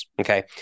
Okay